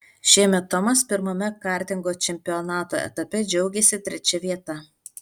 šiemet tomas pirmame kartingo čempionato etape džiaugėsi trečia vieta